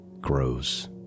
grows